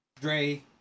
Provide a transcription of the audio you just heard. Dre